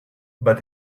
but